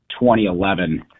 2011